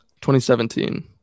2017